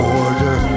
order